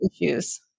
issues